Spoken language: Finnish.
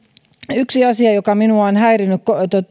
yksi asia joka minua on häirinnyt